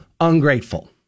ungrateful